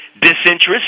disinterest